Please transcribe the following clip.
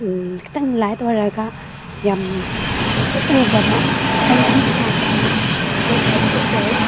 ꯈꯤꯇꯪ ꯂꯥꯏꯠ ꯑꯣꯏꯔꯒ ꯌꯥꯝ ꯍꯦꯛ ꯎꯕꯗ ꯑꯩꯅ ꯌꯥꯝ ꯄꯥꯝꯕ ꯄꯣꯠ ꯍꯥꯏꯕꯗꯨ ꯑꯣꯏ